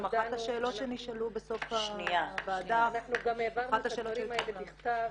אנחנו גם העברנו את הדברים האלה בכתב,